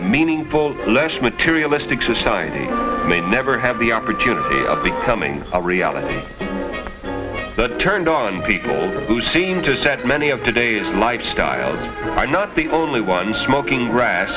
a meaningful less materialistic society may never have the opportunity of becoming a reality but turned on people who seem to set many of today's lifestyles are not the only one smoking gras